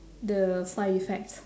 the side effects